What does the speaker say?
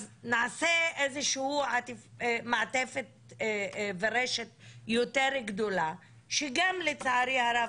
אז נעשה איזושהי מעטפת ורשת יותר גדולה שגם לצערי הרב